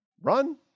run